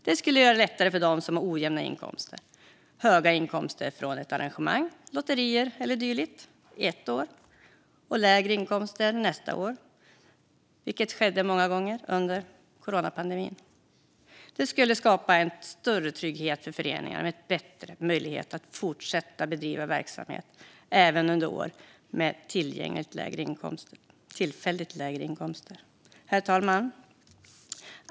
Det skulle göra det lättare för dem som har ojämna inkomster, till exempel höga inkomster från arrangemang, lotterier eller dylikt ett år och lägre inkomster nästa år. Detta skedde många gånger under coronapandemin. Det skulle skapa en större trygghet för föreningar och en bättre möjlighet att fortsätta bedriva verksamhet även under år med tillfälligt lägre inkomster. Herr talman!